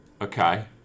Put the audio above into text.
okay